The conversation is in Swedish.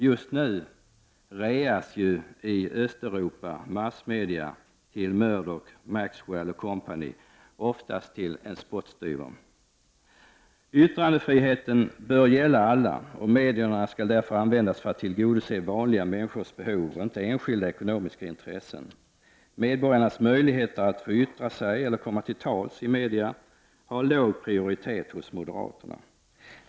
Just nu reas i Östeuropa massmedia till Murdoch, Maxwell & Co., ofta för en spottstyver. Yttrandefriheten bör gälla alla. Medierna skall därför användas för att tillgodose vanliga människors behov och inte enskilda ekonomiska intressen. Medborgarnas möjligheter att yttra sig eller komma till tals i media har låg prioritet hos moderaterna.